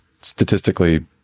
statistically